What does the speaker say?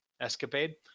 escapade